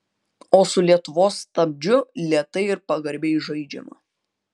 o su lietuvos stabdžiu lėtai ir pagarbiai žaidžiama